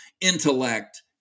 intellect